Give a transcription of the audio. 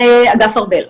ואגף ארב"ל.